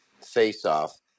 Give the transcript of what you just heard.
face-off